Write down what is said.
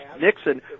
Nixon